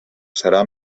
serà